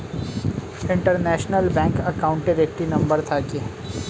international bank অ্যাকাউন্টের একটি number থাকে